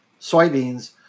soybeans